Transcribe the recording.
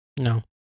No